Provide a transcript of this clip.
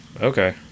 Okay